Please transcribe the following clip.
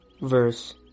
verse